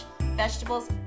vegetables